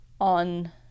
on